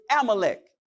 Amalek